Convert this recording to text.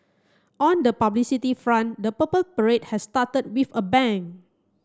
on the publicity front the Purple Parade has started with a bang